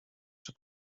czy